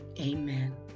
amen